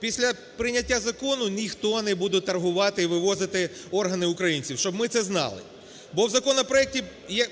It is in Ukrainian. Після прийняття закону ніхто не буде торгувати і вивозити органів українців, щоб ми це знали. Бо в законопроекті,